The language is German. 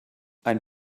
ein